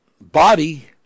body